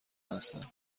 هستند